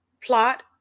Plot